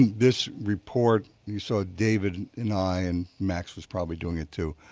this report, you saw david and i and max was probably doing it, too,